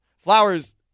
Flowers